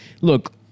Look